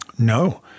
No